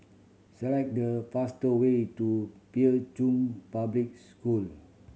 select the faster way to Pei Chun Public School